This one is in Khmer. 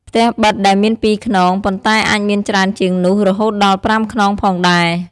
ផ្ទះប៉ិតដែលមានពីរខ្នង ប៉ុន្តែអាចមានច្រើនជាងនោះរហូតដល់ប្រាំខ្នងផងដែរ។